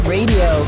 Radio